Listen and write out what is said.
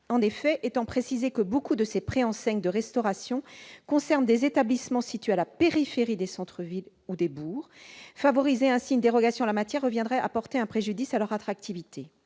En effet, étant précisé que beaucoup de ces préenseignes de restauration concernent des établissements situés à la périphérie des centres-villes ou des bourgs, favoriser une dérogation en la matière reviendrait à porter un préjudice à leur attractivité.